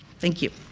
thank you.